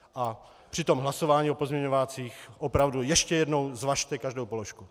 A při hlasování o pozměňovácích opravdu ještě jednou zvažte každou položku.